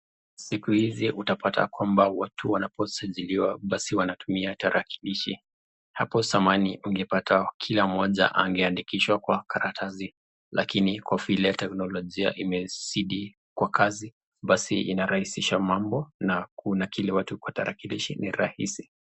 Siku hizi utapata kwamba watu wanaposajiliwa basi wanatumia tarakilishi. Hapo zamani ungepata kila mmoja angeandikishwa kwa karatasi. Lakini kwa vile teknolojia imezidi kwa kasi basi inarahisisha mambo na kunakili watu kwa tarakilishi ni rahisi.